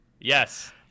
Yes